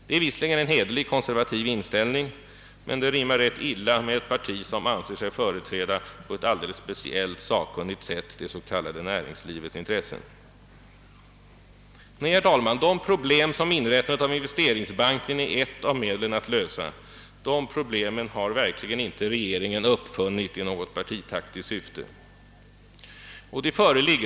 Det är visserligen en hederlig konservativ inställning, men den rimmar illa med ett parti som på ett alldeles speciellt sakkunnigt sätt anser sig företräda det s.k. näringslivets intressen. Herr talman! De problem som inrättandet av investeringsbanken är ett av medlen att lösa har verkligen inte regeringen uppfunnit i något partitaktiskt syfte.